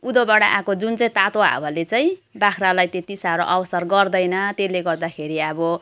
उँधोबाट आएको जुन चाहिँ तातो हावाले चाहिँ बाख्रालाई त्यति साह्रो असर गर्दैन त्यसले गर्दाखेरि अब